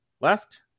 left